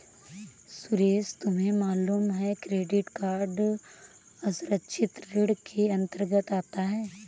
सुरेश तुम्हें मालूम है क्रेडिट कार्ड असुरक्षित ऋण के अंतर्गत आता है